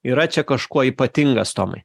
yra čia kažkuo ypatingas tomai